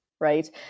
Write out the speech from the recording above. Right